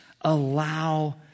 allow